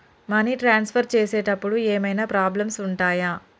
Money transfer చేసేటప్పుడు ఏమైనా problems ఉంటయా?